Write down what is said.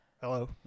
Hello